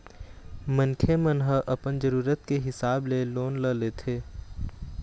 मनखे मन ह अपन जरुरत के हिसाब ले लोन ल लेथे